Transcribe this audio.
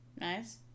Nice